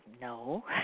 no